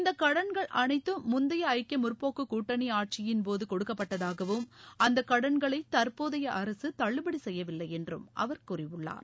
இந்த கடன்கள் அனைத்தும் முந்தைய ஐக்கிய முற்போக்கு கூட்டணி ஆட்சியின்போது கொடுக்கப்பட்டதாகவும் அந்த கடன்களை தற்போதைய அரசு தள்ளுபடி செய்யவில்லை என்றும் அவர் கூறியுள்ளார்